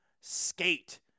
skate